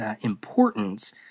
importance